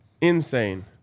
Insane